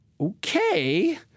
okay